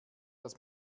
das